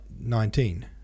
nineteen